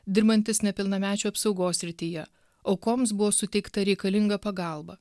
dirbantis nepilnamečių apsaugos srityje aukoms buvo suteikta reikalinga pagalba